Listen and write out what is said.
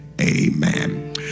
Amen